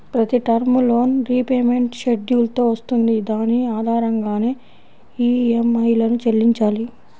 ప్రతి term loan repayment schedule తో వస్తుంది దాని ఆధారంగానే ఈఎంఐలను చెల్లించాలి